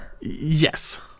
Yes